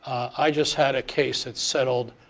i just had a case that settled